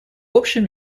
общем